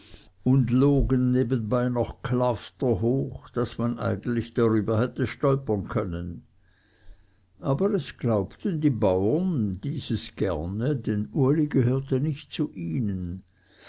und logen nebenbei noch klafterhoch daß man eigentlich darüber hätte stolpern können aber es glaubten dieses die bauern gerne denn uli gehörte nicht zu ihnen